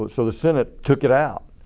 but so the senate took it out.